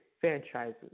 franchises